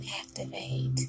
activate